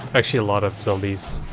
actually a lot of zombies.